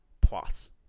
plus